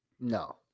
No